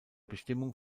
bestimmung